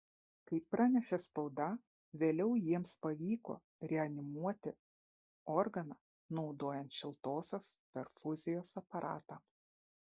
kaip pranešė spauda vėliau jiems pavyko reanimuoti organą naudojant šiltosios perfuzijos aparatą